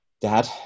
Dad